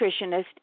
nutritionist